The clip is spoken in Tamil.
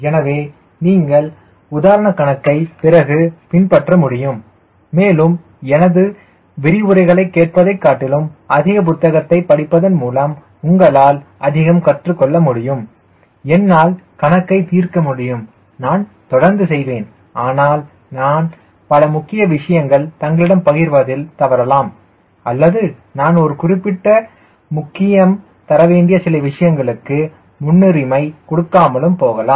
எனவே நீங்கள் உதாரணம் கணக்கை பிறகு பின்பற்ற முடியும் மேலும் எனது விரிவுரைகளை கேட்பதை காட்டிலும் அதிக புத்தகத்தைப் படிப்பதன் மூலம் நீங்கள் அதிகம் கற்றுக்கொள்வீர்கள் என்னால் கணக்கை தீர்க்க முடியும் நான் தொடர்ந்து செய்வேன் ஆனால் நான் பல முக்கிய விஷயங்கள் தங்களிடம் பகிர்வதில் தவறலாம் அல்லது நான் ஒரு குறிப்பிட்ட முக்கியம் தரவேண்டிய சில விஷயங்களுக்கு முன்னுரிமை கொடுக்காமலும் போகலாம்